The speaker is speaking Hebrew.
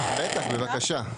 בטח, בבקשה.